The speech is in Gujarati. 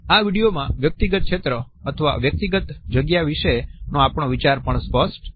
આ વિડિયોમાં વ્યક્તિગત ક્ષેત્ર અથવા વ્યક્તિગત જગ્યા વિશેનો આપણો વિચાર પણ સ્પષ્ટ થાય છે